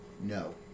No